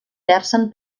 versen